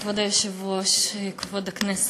כבוד היושב-ראש, תודה, כבוד הכנסת,